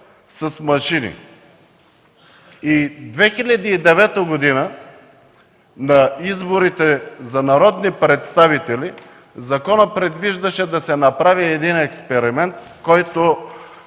с машини. През 2009 г. на изборите за народни представители законът предвиждаше да се направи експеримент, който